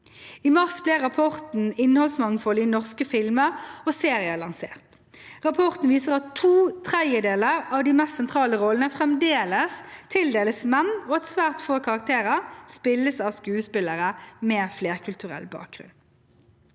I mars ble rapporten Innholdsmangfold i norske filmer og serier lansert. Rapporten viser at to tredjedeler av de mest sentrale rollene fremdeles tildeles menn, og at svært få karakterer spilles av skuespillere med flerkulturell bakgrunn.